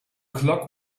clock